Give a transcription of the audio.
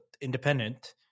independent